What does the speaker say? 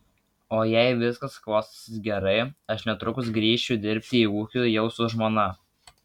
o jei viskas klostysis gerai aš netrukus grįšiu dirbti į ūkį jau su žmona